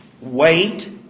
wait